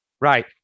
right